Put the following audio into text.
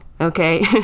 okay